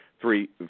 Three